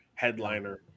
headliner